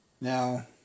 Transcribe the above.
Now